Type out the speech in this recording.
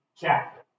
chapter